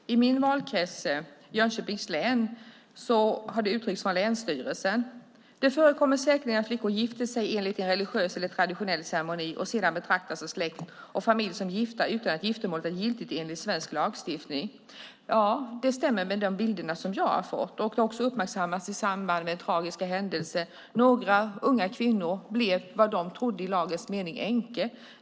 Herr talman! I min valkrets, Jönköpings län, har länsstyrelsen uttryckt följande: Det förekommer säkerligen att flickor gifter sig enligt en religiös eller traditionell ceremoni och sedan betraktas av släkt och familj som gifta utan att giftermålet är giltigt enligt svensk lagstiftning. Det stämmer med de bilder som jag har fått. Det har också uppmärksammats i samband med den tragiska händelsen då några unga kvinnor blev vad de trodde i lagens mening änkor.